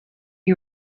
you